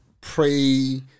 pray